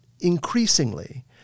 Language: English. increasingly